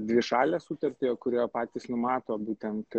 dvišalę sutartį kurioje patys numato būtent